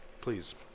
Please